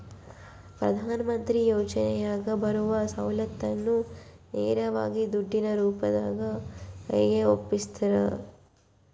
ಪ್ರಧಾನ ಮಂತ್ರಿ ಯೋಜನೆಯಾಗ ಬರುವ ಸೌಲತ್ತನ್ನ ನೇರವಾಗಿ ದುಡ್ಡಿನ ರೂಪದಾಗ ಕೈಗೆ ಒಪ್ಪಿಸ್ತಾರ?